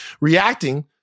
reacting